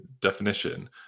definition